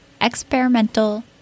experimental